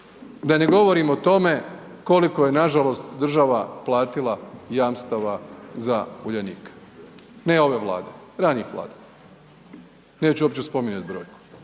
da ne govorim o tome koliko je nažalost država platila jamstava za Uljanik ne ove Vlade, ranijih Vlada. Neću uopće spominjat broj.